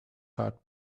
heart